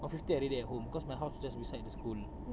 one fifty I already at home cause my house just beside the school